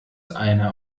einer